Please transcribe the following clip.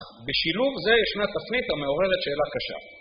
בשילוב זה ישנה תפנית המעוררת שאלה קשה.